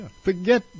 Forget